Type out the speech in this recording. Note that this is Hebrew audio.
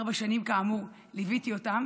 ארבע שנים, כאמור, ליוויתי אותן,